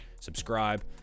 subscribe